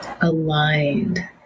aligned